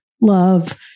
love